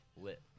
Lit